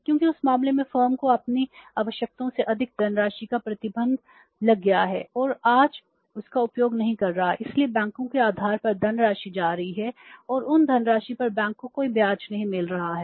क्योंकि उस मामले में फर्म को अपनी आवश्यकताओं से अधिक धनराशि का प्रतिबंध लग गया है और आज इसका उपयोग नहीं कर रहा है इसलिए बैंकों के आधार पर धनराशि जा रही है और उन धनराशि पर बैंक को कोई ब्याज नहीं मिल रहा है